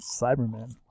Cyberman